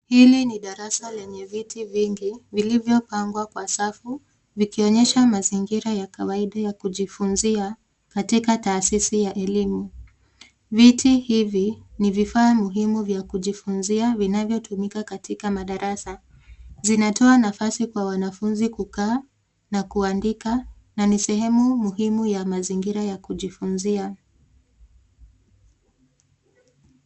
Hili ni darasa lenye viti vingi vilivyopangwa kawa safu vikionyesha mazingira ya kawaida ya kujifunzia katika taasisi ya elimu, Viti hivi ni vifaa muhimu vya kujifunzia vinavyotumika katika madarasa.